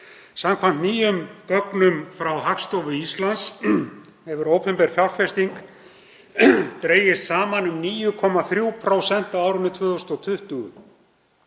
Samkvæmt nýjum gögnum frá Hagstofu Íslands hefur opinber fjárfesting dregist saman um 9,3% á árinu 2020.